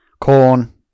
Corn